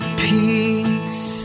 peace